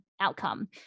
outcome